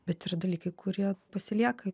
bet ir dalykai kurie pasilieka